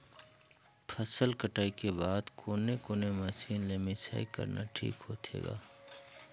फसल कटाई के बाद कोने कोने मशीन ले मिसाई करना ठीक होथे ग?